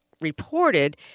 reported